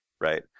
right